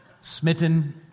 smitten